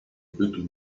bit